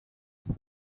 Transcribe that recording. tent